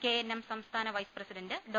KNM സംസ്ഥാന vice president ഡോ